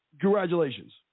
Congratulations